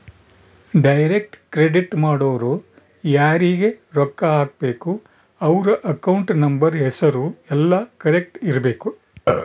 direct credit ಮಾಡೊರು ಯಾರೀಗ ರೊಕ್ಕ ಹಾಕಬೇಕು ಅವ್ರ ಅಕೌಂಟ್ ನಂಬರ್ ಹೆಸರು ಯೆಲ್ಲ ಕರೆಕ್ಟ್ ಇರಬೇಕು